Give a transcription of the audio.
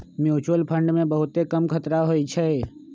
mutual fund मे बहुते कम खतरा होइ छइ